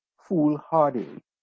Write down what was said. foolhardy